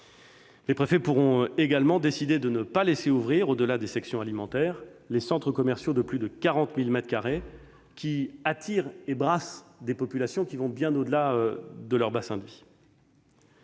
Ils pourront également décider de ne pas laisser ouvrir au-delà des sections alimentaires les centres commerciaux de plus de 40 000 mètres carrés, qui attirent et brassent des populations bien au-delà des bassins de vie.